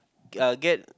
uh get